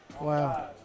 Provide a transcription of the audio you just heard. Wow